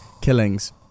killings